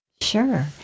Sure